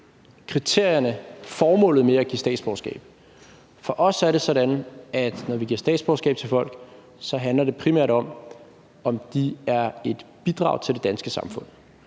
kriterierne, formålet, med at give statsborgerskab. For os er det sådan, at når vi giver et statsborgerskab til folk, så handler det primært om, om de er et bidrag til det danske samfund.